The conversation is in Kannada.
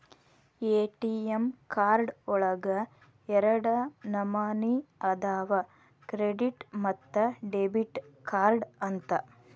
ಎ.ಟಿ.ಎಂ ಕಾರ್ಡ್ ಒಳಗ ಎರಡ ನಮನಿ ಅದಾವ ಕ್ರೆಡಿಟ್ ಮತ್ತ ಡೆಬಿಟ್ ಕಾರ್ಡ್ ಅಂತ